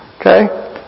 Okay